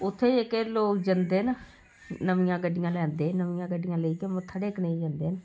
उत्थें जेह्के लोक जंदे न नमियां गड्डियां लैंदे नमियां गड्डियां लेइयै मत्था टेकने गी जंदे न